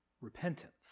repentance